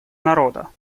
народа